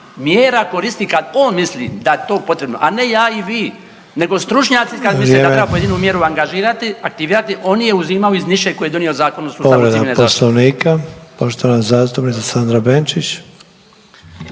mjera koristi kad on misli da je to potrebno, a ne ja i vi nego stručnjaci…/Upadica: Vrijeme/…kad misle da treba pojedinu mjeru angažirati i aktivirati oni je uzimaju iz niše koju je donio Zakon o sustavu civilne zaštite.